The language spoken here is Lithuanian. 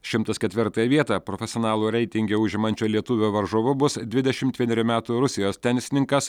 šimtas ketvirtąją vietą profesionalų reitinge užimančio lietuvio varžovu bus dvidešim vienerių metų rusijos tenisininkas